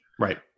right